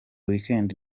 weekend